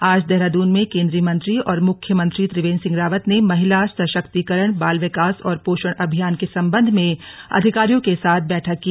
आज देहरादून में केंद्रीय मंत्री और मुख्यमंत्री त्रिवेंद्र सिंह रावत ने महिला सशक्तिकरण बाल विकास और पोषण अभियान के संबंध में अधिकारियों के साथ बैठक की